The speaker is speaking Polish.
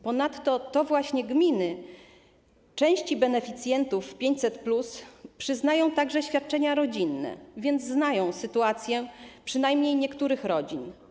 Ponadto to właśnie gminy części beneficjentów 500+ przyznają także świadczenia rodzinne, więc znają sytuację przynajmniej niektórych rodzin.